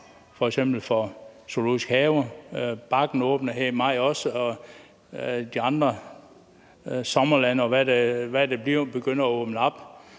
for f.eks. zoologiske haver, og Bakken åbner også her i maj, og de andre sommerlande, og hvad der er, begynder at åbne op